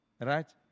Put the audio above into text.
right